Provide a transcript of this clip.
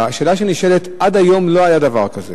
והשאלה שנשאלת, עד היום לא היה דבר כזה.